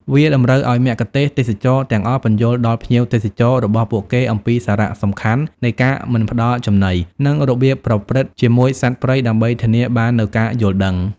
វាតម្រូវឱ្យមគ្គុទ្ទេសក៍ទេសចរណ៍ទាំងអស់ពន្យល់ដល់ភ្ញៀវទេសចររបស់ពួកគេអំពីសារៈសំខាន់នៃការមិនផ្តល់ចំណី និងរបៀបប្រព្រឹត្តជាមួយសត្វព្រៃ ដើម្បីធានាបាននូវការយល់ដឹង។